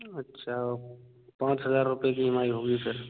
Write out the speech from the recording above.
अच्छा पाँच हजार रुपए की ई एम आई होगी फिर